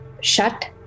shut